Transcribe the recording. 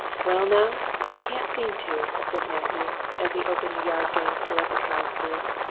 well now, i can't seem to, said matthew, as he opened the yard gate to let the cows through.